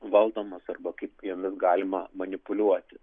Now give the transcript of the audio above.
valdomos arba kaip jomis galima manipuliuoti